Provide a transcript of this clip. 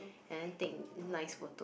and then take nice photo